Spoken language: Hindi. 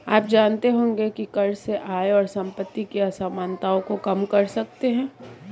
आप जानते होंगे की कर से आय और सम्पति की असमनताओं को कम कर सकते है?